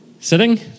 Sitting